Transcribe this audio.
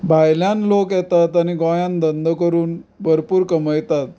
भायल्यान लोक येतात आनी गोंयांत धंदो करून भरपूर कमयतात